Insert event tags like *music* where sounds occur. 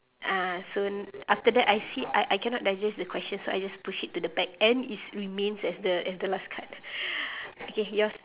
uh so after that I see I I cannot digest the question so I just push it to the back and is remains as the as the last card *breath* okay yours